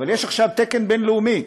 אבל יש עכשיו תקן בין-לאומי.